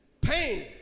Pain